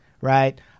right